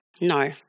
No